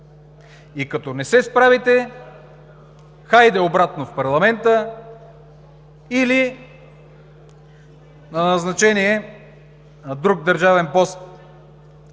и като не се справите, хайде обратно в парламента или на назначение на друг държавен пост.